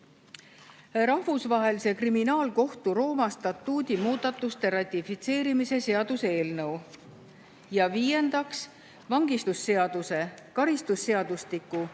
Rahvusvahelise Kriminaalkohtu Rooma statuudi muudatuste ratifitseerimise seaduse eelnõu. Ja viiendaks, vangistusseaduse, karistusseadustiku,